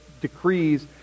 decrees